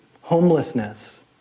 homelessness